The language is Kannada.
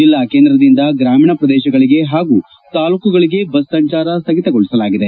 ಜಿಲ್ಲಾ ಕೇಂದ್ರದಿಂದ ಗ್ರಾಮೀಣ ಪ್ರದೇಶಗಳಿಗೆ ಹಾಗೂ ತಾಲೂಕುಗಳಿಗೆ ಬಸ್ ಸಂಚಾರ ಸ್ವಗಿತಗೊಳಿಸಲಾಗಿದೆ